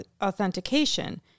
authentication